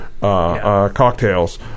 cocktails